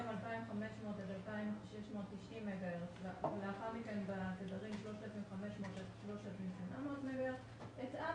2,500 עד 2,690 מגה-הרץ ולאחר מכן בתדרים 3,500 עד 3,800 מגה-הרץ,